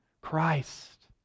Christ